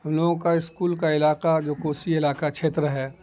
ہم لوگوں کا اسکول کا علاقہ جو کوسی علاقہ چھیتر ہے